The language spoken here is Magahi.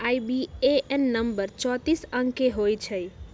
आई.बी.ए.एन नंबर चौतीस अंक के होइ छइ